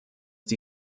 die